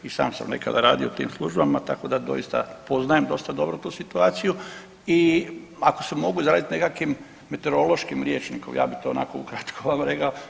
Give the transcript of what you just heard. I sam sam nekada radio u tim službama tako da doista poznajem dosta dobro tu situaciju i ako se mogu izraziti nekakvim meteorološkim rječnikom ja bi to onako ukratko malo rekao.